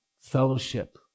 fellowship